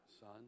son